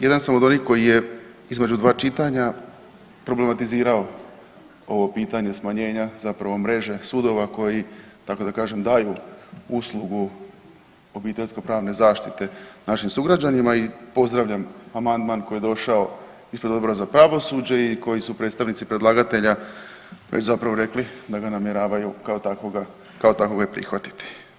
Jedan sam od onih koji je između dva čitanja problematizirao ovo pitanje smanjenja zapravo mreže sudova koji tako da kažem daju uslugu obiteljsko pravne zaštite našim sugrađanima i pozdravljam amandman koji je došao ispred obraza pravosuđa i koji su predstavnici predlagatelja već zapravo rekli da ga namjeravaju kao takvoga, kao takvoga i prihvatiti.